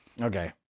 Okay